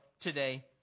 today